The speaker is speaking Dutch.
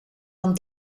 dan